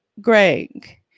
Greg